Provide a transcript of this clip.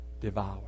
devour